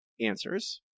answers